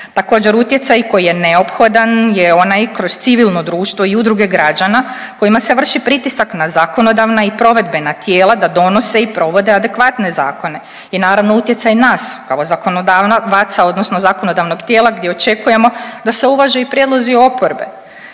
Također utjecaj koji je neophodan je onaj kroz civilno društvo i udruge građana kojima se vrši pritisak na zakonodavna i provedbena tijela da donose i provode adekvatne zakone. I naravno utjecaj nas kao zakonodavaca odnosno zakonodavnog tijela gdje očekujemo da se uvaže i prijedlozi oporbe.